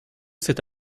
cet